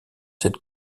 cette